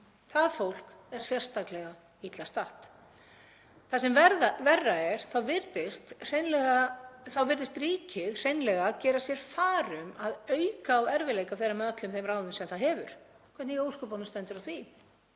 það fólk er sérstaklega illa statt. Það sem verra er, þá virðist ríkið hreinlega gera sér far um að auka á erfiðleika þeirra með öllum þeim ráðum sem það hefur. Hvernig í ósköpunum stendur á því